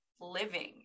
living